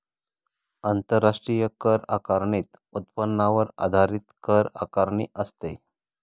आंतरराष्ट्रीय कर आकारणीत उत्पन्नावर आधारित कर आकारणी असते